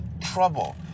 trouble